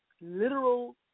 literal